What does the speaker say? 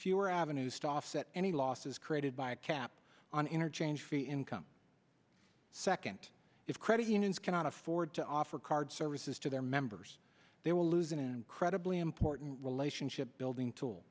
fewer avenues to offset any losses created by a cap on interchange fee income second if credit unions cannot afford to offer card services to their members they will lose an incredibly important relationship building tool